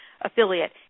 affiliate